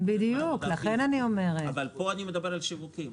אבל כאן אני מדבר על שיווקים.